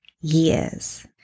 years